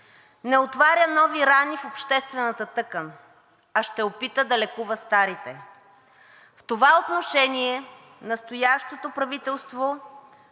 Не отваря нови рани в обществената тъкан, а ще опита да лекува старите. В това отношение настоящото правителство,